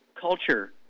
culture